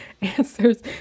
answers